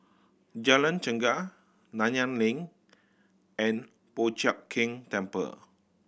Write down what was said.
Jalan Chegar Nanyang Link and Po Chiak Keng Temple